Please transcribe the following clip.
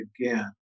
again